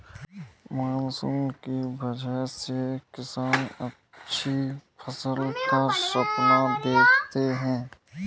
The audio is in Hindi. मानसून की वजह से किसान अच्छी फसल का सपना देखते हैं